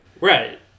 Right